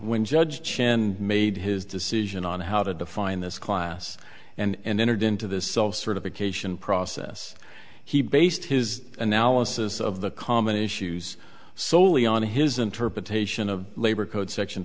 when judge chen made his decision on how to define this class and entered into this cell certification process he based his analysis of the common issues solely on his interpretation of labor code section